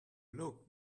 look